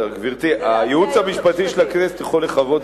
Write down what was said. הייעוץ המשפטי של הכנסת יכול לחוות